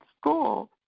school